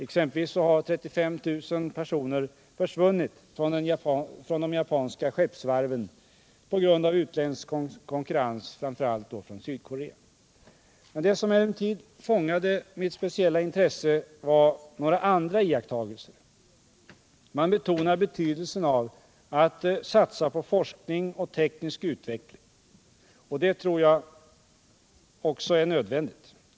Exempelvis har 35 000 jobb försvunnit från de japanska skeppsvarven på grund av utländsk konkurrens, framför allt från Sydkorea. Det som emellertid fångade mitt speciella intresse var några andra iakttagelser. Man betonar betydelsen av att satsa på forskning och teknisk utveckling. Och det tror jag också är nödvändigt för oss.